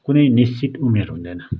कुनै निश्चित उमेर हुँदैन